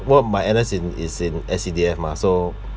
because my N_S in is in S_C_D_F mah so